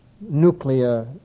Nuclear